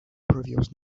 previous